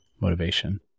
motivation